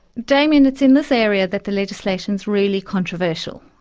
damien, it's in this area that the legislation's really controversial,